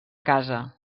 casa